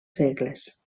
segles